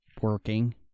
working